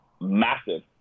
massive